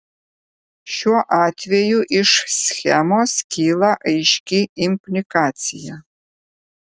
šiuo atveju iš schemos kyla aiški implikacija